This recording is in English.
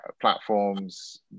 platforms